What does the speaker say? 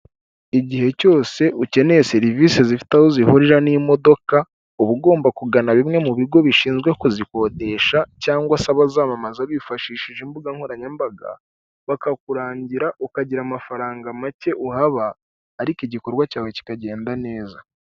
Igihe cyose ukeneye serivise zifite aho zihurira n'imodoka, uba ugomba kugana bimwe mu bigo bishinzwe kuzikodesha cyangwa se abazamamaza bifashishije imbuga nkoranyambaga, bakakurangira ukagira amafaranga make uhaba, ariko igikorwa cyawe kikagenda neza.